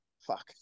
Fuck